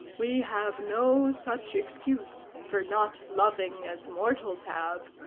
we have no such excuse for not loving as mortals have,